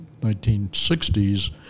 1960s